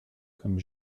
comme